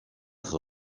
être